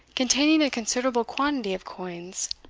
containing a considerable quantity of coins,